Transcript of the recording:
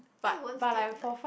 so you won't steal like